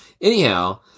Anyhow